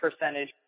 percentage